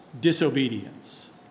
Disobedience